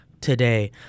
today